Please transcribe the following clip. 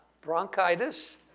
bronchitis